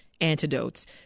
antidotes